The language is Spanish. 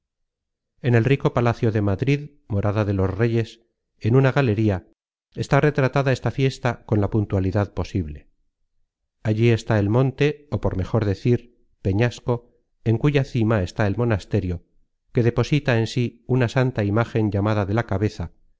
en el rico palacio de madrid morada de los reyes en una galería está retratada esta fiesta con la puntualidad posible allí está el monte ó por mejor decir peñasco en cuya cima está el monasterio que deposita en sí una santa imágen llamada de la cabeza